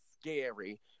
scary